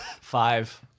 Five